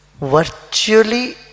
virtually